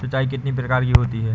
सिंचाई कितनी प्रकार की होती हैं?